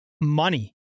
Money